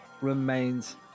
remains